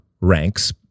ranks